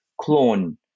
clone